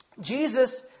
Jesus